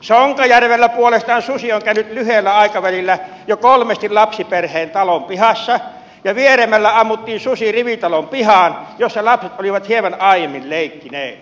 sonkajärvellä puolestaan susi on käynyt lyhyellä aikavälillä jo kolmesti lapsiperheen talon pihassa ja vieremällä ammuttiin susi rivitalon pihaan jossa lapset olivat hieman aiemmin leikkineet